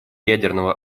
ядерного